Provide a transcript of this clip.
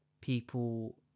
people